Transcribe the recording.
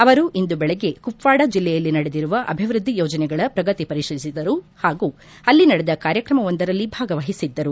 ಅವರು ಇಂದು ಬೆಳಗ್ಗೆ ಕುಪ್ವಾಡಾ ಜಿಲ್ಲೆಯಲ್ಲಿ ನಡೆದಿರುವ ಅಭಿವೃದ್ದಿ ಯೋಜನೆಗಳ ಪ್ರಗತಿ ಪರಿಶೀಲಿಸಿದರು ಹಾಗೂ ಅಲ್ಲಿ ನಡೆದ ಕಾರ್ಯಕ್ರಮವೊಂದರಲ್ಲಿ ಭಾಗವಹಿಸಿದ್ದರು